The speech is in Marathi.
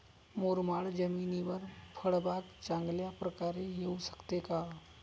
मुरमाड जमिनीवर फळबाग चांगल्या प्रकारे येऊ शकते का?